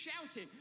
shouting